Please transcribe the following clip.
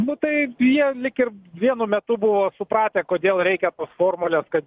nu tai jie lyg ir vienu metu buvo supratę kodėl reikia tos formulę kad